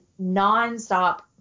nonstop